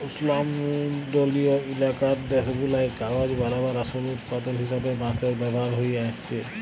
উস্লমলডলিয় ইলাকার দ্যাশগুলায় কাগজ বালাবার আসল উৎপাদল হিসাবে বাঁশের ব্যাভার হঁয়ে আইসছে